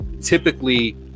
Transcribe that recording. typically